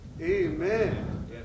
Amen